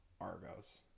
Argos